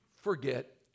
forget